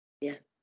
yes